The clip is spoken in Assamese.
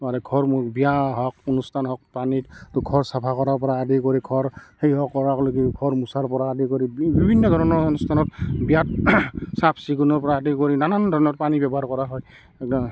মানে ঘৰ বিয়া হওক অনুষ্ঠান হওক পানীৰ ঘৰ চাফা কৰাৰ পৰা আদি কৰি ঘৰ সেই হ কৰালৈকে ঘৰ মুচাৰ পৰা আদি কৰি বিভিন্ন ধৰণৰ অনুষ্ঠানত বিয়াত চাফ চিকুণৰ পৰা আদি কৰি নানান ধৰণৰ পানী ব্যৱহাৰ কৰা হয়